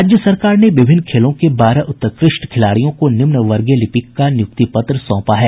राज्य सरकार ने विभिन्न खेलों के बारह उत्कृष्ट खिलाड़ियों को निम्नवर्गीय लिपिक का नियुक्ति पत्र सौंपा है